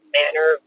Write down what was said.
manner